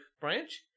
branch